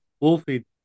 Wolfie